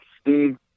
Steve